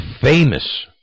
famous